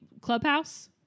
clubhouse